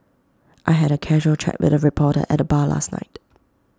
I had A casual chat with A reporter at the bar last night